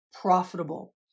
profitable